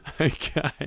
Okay